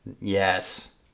Yes